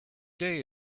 day